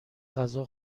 غذا